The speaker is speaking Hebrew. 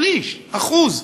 שליש אחוז,